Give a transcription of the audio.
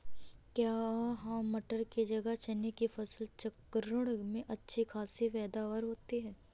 क्या मटर की जगह चने की फसल चक्रण में अच्छी खासी पैदावार होती है?